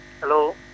Hello